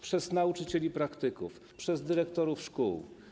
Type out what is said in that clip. Przez nauczycieli praktyków, przez dyrektorów szkół.